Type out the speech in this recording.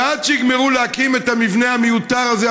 ועד שיגמרו להקים את המבנה המיותר הזה,